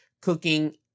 cooking